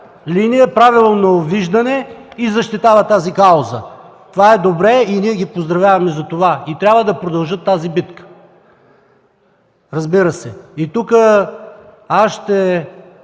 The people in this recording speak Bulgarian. линия, правилно виждане и защитава тази кауза. Това е добре и ние ги поздравяваме за това. Трябва да продължат тази битка. Тук аз ще